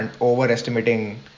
overestimating